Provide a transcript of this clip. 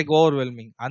overwhelming